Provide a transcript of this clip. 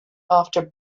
after